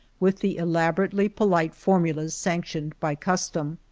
with the elaborately polite formulas sanctioned by custom.